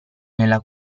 nella